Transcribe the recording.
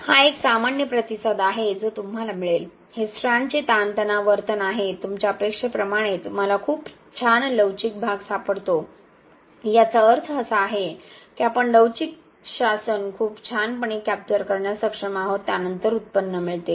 हा एक सामान्य प्रतिसाद आहे जो तुम्हाला मिळेल हे स्ट्रँडचे ताणतणाव वर्तन आहे तुमच्या अपेक्षेप्रमाणे तुम्हाला खूप छान लवचिक भाग सापडतो याचा अर्थ असा आहे की आपण लवचिक शासन खूप छानपणे कॅप्चर करण्यास सक्षम आहोत त्यानंतर उत्पन्न मिळते